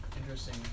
Interesting